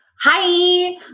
Hi